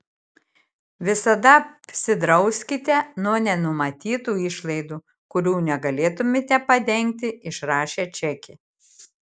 visada apsidrauskite nuo nenumatytų išlaidų kurių negalėtumėte padengti išrašę čekį